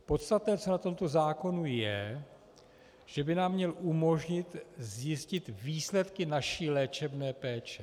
Podstatné na tomto zákonu je, že by nám měl umožnit zjistit výsledky naší léčebné péče.